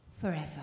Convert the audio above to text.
forever